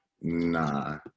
nah